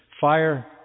fire